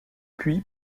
puis